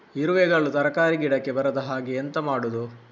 ಇರುವೆಗಳು ತರಕಾರಿ ಗಿಡಕ್ಕೆ ಬರದ ಹಾಗೆ ಎಂತ ಮಾಡುದು?